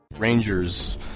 rangers